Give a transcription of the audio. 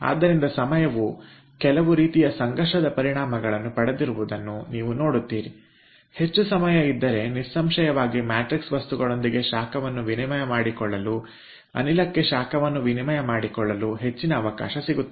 ಆದ್ದರಿಂದ ಸಮಯವು ಕೆಲವು ರೀತಿಯ ಸಂಘರ್ಷದ ಪರಿಣಾಮಗಳನ್ನು ಪಡೆದಿರುವುದನ್ನು ನೀವು ನೋಡುತ್ತೀರಿ ಹೆಚ್ಚು ಸಮಯ ಇದ್ದರೆ ನಿಸ್ಸಂಶಯವಾಗಿ ಮ್ಯಾಟ್ರಿಕ್ಸ್ ವಸ್ತುಗಳೊಂದಿಗೆ ಶಾಖವನ್ನು ವಿನಿಮಯ ಮಾಡಿಕೊಳ್ಳಲು ಅನಿಲಕ್ಕೆ ಶಾಖವನ್ನು ವಿನಿಮಯ ಮಾಡಿಕೊಳ್ಳಲು ಹೆಚ್ಚಿನ ಅವಕಾಶ ಸಿಗುತ್ತದೆ